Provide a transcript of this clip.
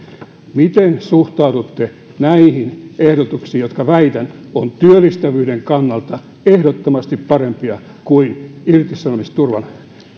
miten suhtaudutte näihin ehdotuksiin jotka väitän ovat työllistävyyden kannalta ehdottomasti parempia kuin irtisanomisturvan